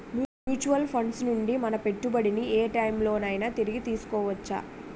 Mutual funds నుండి మన పెట్టుబడిని ఏ టైం లోనైనా తిరిగి తీసుకోవచ్చా?